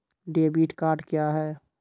Debit card क्या हैं?